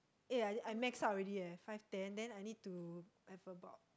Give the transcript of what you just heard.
eh I I maxed out already eh five ten then I need to I have about